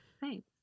Thanks